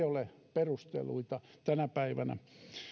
ole perusteluita tänä päivänä